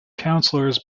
councillors